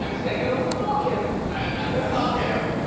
um said you don't stalk him. i am not gonna stalk him,